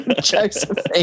Josephine